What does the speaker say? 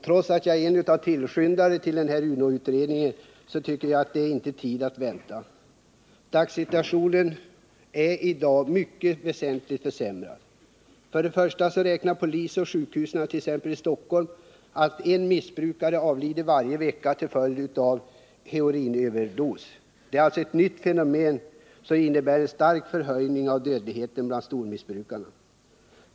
Trots att jag är en av tillskyndarna bakom UNO-utredninger. tycker jag inte att vi i det här sammanhanget har tid att vänta på resultatet av den. Situationen är i dag väsentligt försämrad. För det första räknar man från polisens och sjukhusens sida med att en missbrukare avlider varje vecka till följd av heroinöverdos, ett nytt fenomen som medfört en stark ökning av antalet stormissbrukare.